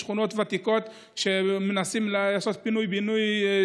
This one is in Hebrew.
או משכונות ותיקות שמנסים לעשות אצלם פינוי-בינוי,